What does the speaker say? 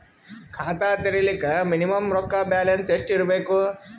ಖಾತಾ ತೇರಿಲಿಕ ಮಿನಿಮಮ ರೊಕ್ಕ ಬ್ಯಾಲೆನ್ಸ್ ಎಷ್ಟ ಇರಬೇಕು?